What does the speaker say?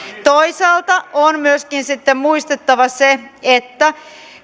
toisaalta on myöskin sitten muistettava se että